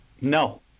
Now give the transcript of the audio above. no